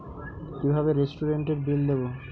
কিভাবে রেস্টুরেন্টের বিল দেবো?